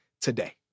today